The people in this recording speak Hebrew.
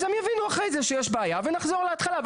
אז הם יבינו אחרי שיש בעיה ונחזור להתחלה.